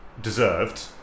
deserved